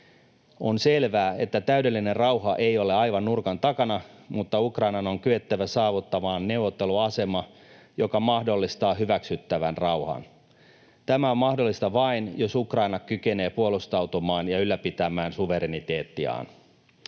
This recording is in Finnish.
On selvää, että täydellinen rauha ei ole aivan nurkan takana, mutta Ukrainan on kyettävä saavuttamaan neuvotteluasema, joka mahdollistaa hyväksyttävän rauhan. Tämä on mahdollista vain, jos Ukraina kykenee puolustautumaan ja ylläpitämään suvereniteettiaan.